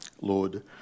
Lord